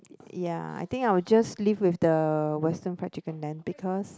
ya I think I'll just leave with the Western fried chicken then because